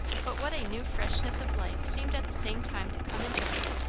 but what a new freshness of life seemed at the same time to come into her!